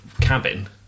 cabin